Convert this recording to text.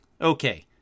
Okay